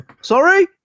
Sorry